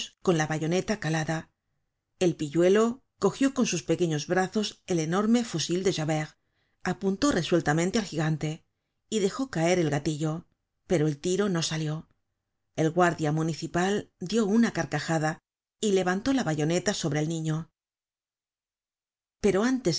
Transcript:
con la bayoneta calada el pilluelo cogió en sus pequeños brazos el enorme fusil de javert apuntó resueltamente al gigante y dejó caer el gatillo pero el tiro no salió el guardia municipal dió una carcajada y levantó la bayoneta sobre el niño pero antes